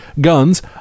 guns